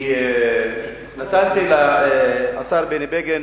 אני נתתי לשר בני בגין,